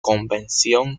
convención